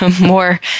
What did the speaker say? more